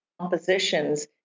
compositions